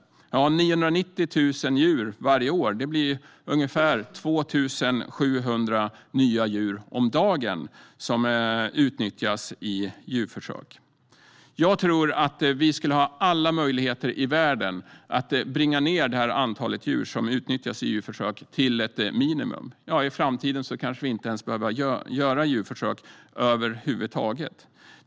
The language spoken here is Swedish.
990 000 djur varje år innebär ungefär 2 700 nya djur om dagen. Jag tror att vi skulle ha alla möjligheter i världen att bringa ned antalet djur som utnyttjas i djurförsök till ett minimum. I framtiden behöver vi kanske inte ens göra djurförsök över huvud taget.